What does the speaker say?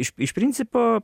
iš iš principo